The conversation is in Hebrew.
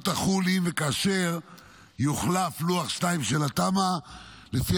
והיא לא תחול אם וכאשר יוחלף לוח 2 של התמ"א לפי